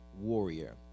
warrior